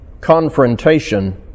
confrontation